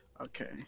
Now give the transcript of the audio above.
Okay